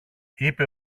είπε